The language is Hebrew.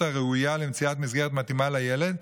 הראויה למציאת מסגרת מתאימה לילד,